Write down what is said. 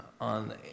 On